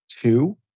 two